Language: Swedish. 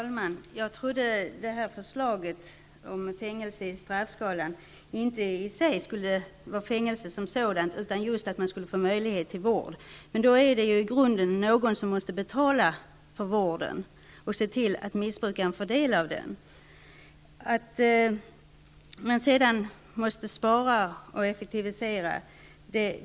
Fru talman! Jag trodde att förslaget om fängelse i straffskalan inte skulle gälla utdömande av fängelsestraff som sådant utan att det skulle ge möjlighet till vård. I grunden är det emellertid någon som måste betala för vården och se till att missbrukaren får ta del av den. Det står klart att man måste spara och effektivisera.